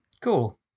cool